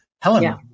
Helen